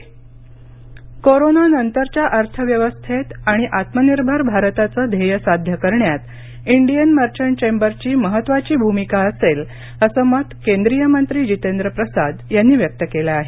जितेंद्रसिंह कोरोनानंतरच्या अर्थव्यवस्थेत आणि आत्मनिर्भर भारताचं ध्येय साध्य करण्यात इंडियन मर्चंट चेंबरची महत्वाची भूमिका असेल असं मत केंद्रीय मंत्री जितेंद्र प्रसाद यांनी व्यक्त केलं आहे